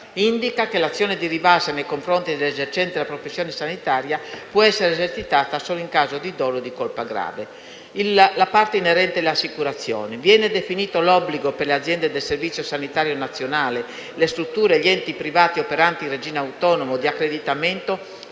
indica che l'azione di rivalsa nei confronti dell'esercente la professione sanitaria può essere esercitata solo in caso di dolo o colpa grave. Quanto alla parte inerente le assicurazioni, viene definito l'obbligo per le aziende del Servizio sanitario nazionale, le strutture e gli enti privati operanti in regime autonomo o di accreditamento